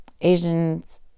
Asians